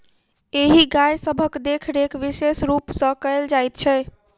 एहि गाय सभक देखरेख विशेष रूप सॅ कयल जाइत छै